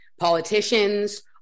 politicians